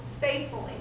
Faithfully